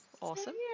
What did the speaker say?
awesome